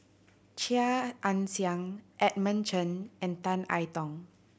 Chia Ann Siang Edmund Chen and Tan I Tong